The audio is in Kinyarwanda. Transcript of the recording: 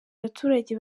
abaturage